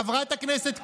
חברת הכנסת כהן,